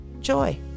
Joy